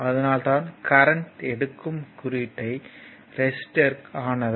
அதனால் தான் கரண்ட் எடுக்கும் குறியீட்டை ரெசிஸ்டர்க்கு ஆனது